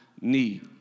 need